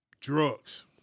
Drugs